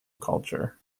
culture